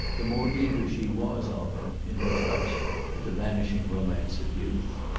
the more eager she was often in her clutch at the vanishing romance of youth.